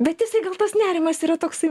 bet jisai gal tas nerimas yra toksai